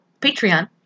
Patreon